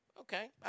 Okay